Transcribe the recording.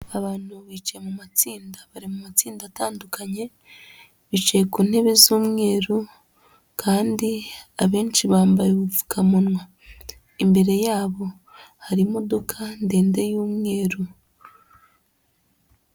Abantu bicaye mu matsinda, bari mu matsinda atandukanye, bicaye ku ntebe z'umweru kandi abenshi bambaye ubupfukamunwa. Imbere yabo hari imodoka ndende y'umweru.